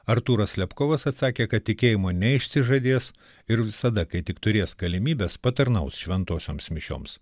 artūras slepkovas atsakė kad tikėjimo neišsižadės ir visada kai tik turės galimybes patarnaus šventosioms mišioms